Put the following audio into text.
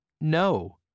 No